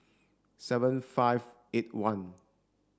seven five eight one